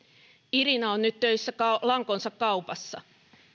irina on nyt töissä lankonsa kaupassa